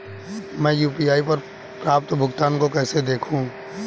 मैं यू.पी.आई पर प्राप्त भुगतान को कैसे देखूं?